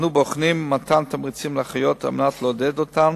אנו בוחנים מתן תמריצים לאחיות על מנת לעודד אותן